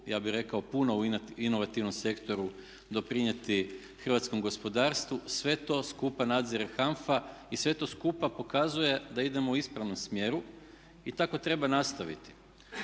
ja bih rekao puno u inovativnom sektoru doprinijeti hrvatskom gospodarstvu. Sve to skupa nadzire HANFA i sve to skupa pokazuje da idemo u ispravnom smjeru i tako treba nastaviti.